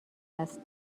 است